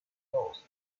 dorset